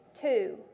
two